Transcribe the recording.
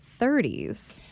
30s